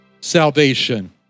salvation